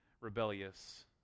rebellious